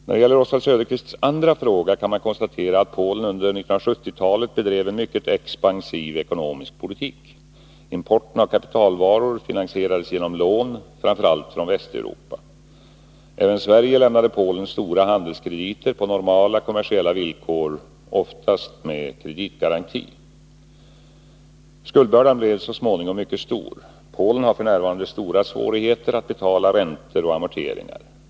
När det gäller Oswald Söderqvists andra fråga kan man konstatera att Polen under 1970-talet bedrev en mycket expansiv ekonomisk politik. Importen av kapitalvaror finansierades genom lån, framför allt från Västeuropa. Även Sverige lämnade Polen stora handelskrediter på normala kommersiella villkor, oftast med kreditgaranti. Skuldbördan blev så småningom mycket stor. Polen har f.n. stora svårigheter att betala räntor och amorteringar.